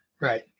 Right